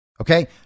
Okay